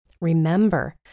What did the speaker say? Remember